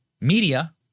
media